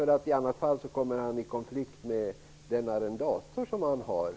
I annat fall kommer han i konflikt med den markarrendator som han har.